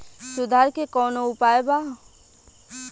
सुधार के कौनोउपाय वा?